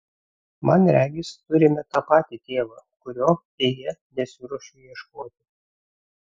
man regis turime tą patį tėvą kurio deja nesiruošiu ieškoti